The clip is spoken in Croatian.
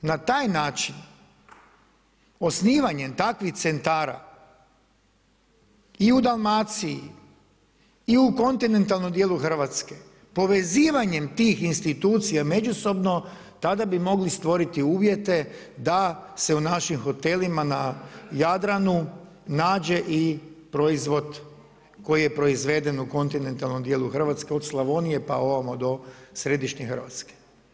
Na taj način osnivanjem takvih centara i u Dalmaciji i u kontinentalnom dijelu Hrvatske, povezivanjem tih institucija međusobno tada bi mogli stvoriti uvjete da se u našim hotelima Jadranu nađe i proizvod koji je proizveden u kontinentalnom dijelu Hrvatske od Slavonije pa ovako do središnje Hrvatske.